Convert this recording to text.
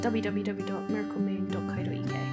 www.miraclemoon.co.uk